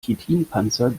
chitinpanzer